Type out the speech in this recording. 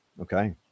Okay